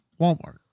walmart